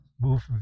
move